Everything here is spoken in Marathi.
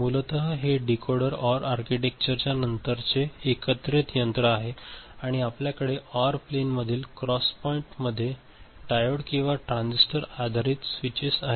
मूलत हे डीकोडर ओआर आर्किटेक्चरच्या नंतरचे एकत्रित यंत्र आहे आणि आपल्याकडे ओर प्लेनमधील क्रॉस पॉईंट्समध्ये डायोड किंवा ट्रान्झिस्टर आधारित स्विचेस आहेत